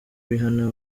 rihanna